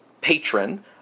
patron